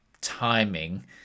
timing